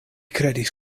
kredis